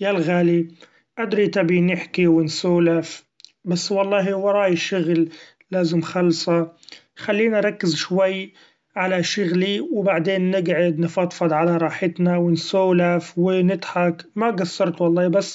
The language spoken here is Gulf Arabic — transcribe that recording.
يالغالي ادري تبي نحكي و نسولف بس والله وراي شغل لازم خلصه ، خلين اركز شوي علي شغلي وبعدين نقعد نفضفض علي راحتنا و نسولف و نضحك ما قصرت والله بس